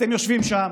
אתם יושבים שם,